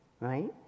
right